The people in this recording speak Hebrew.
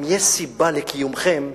אם יש סיבה לקיומכם,